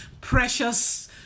precious